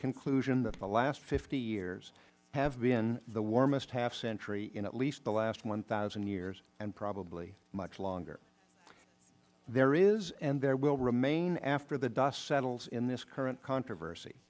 conclusion that the last fifty years have been the warmest half century in at least the last one zero years and probably much longer there is and there will remain after the dust settles in this current controversy